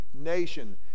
nation